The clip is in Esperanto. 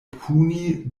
puni